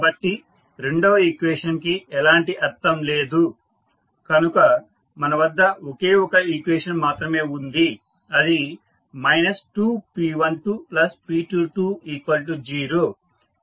కాబట్టి రెండవ ఈక్వేషన్ కి ఎలాంటి అర్థం లేదు కనుక మన వద్ద ఒకే ఒక ఈక్వేషన్ మాత్రమే ఉంది అది 2p12p220